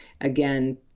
again